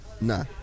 Nah